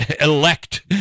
elect